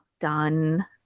done